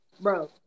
bro